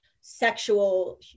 sexual